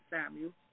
Samuel